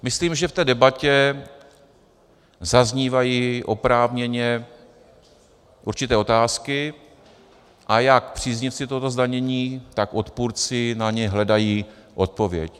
Myslím, že v té debatě zaznívají oprávněně určité otázky, a jak příznivci tohoto zdanění tak odpůrci na ně hledají odpověď.